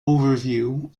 overview